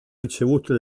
ricevuto